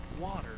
water